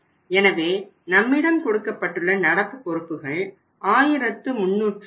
எனவே நம்மிடம் கொடுக்கப்பட்டுள்ள நடப்பு பொறுப்புகள் 1305